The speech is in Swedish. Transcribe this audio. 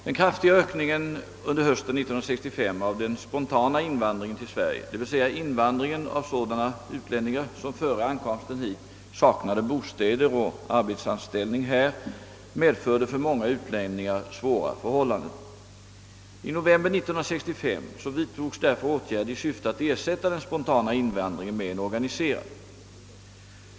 Den kraftiga ökningen under hösten 1965 av den spontana invandringen till Sverige, dvs. invandringen av sådana utlänningar som före ankomsten hit saknade bostäder och arbetsanställning här, medförde för många utlänningar svåra förhållanden. I november 1965 vidtogs därför åtgärder i syfte att ersätta den spontana invandringen med en organiserad.